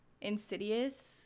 Insidious